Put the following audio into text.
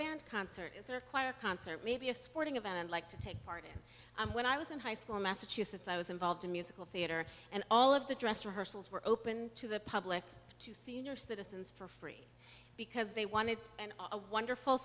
band concert is there a choir concert maybe a sporting event i'd like to take part in i'm when i was in high school in massachusetts i was involved in musical theater and all of the dress rehearsals were open to the public to senior citizens for free because they wanted to and a wonderful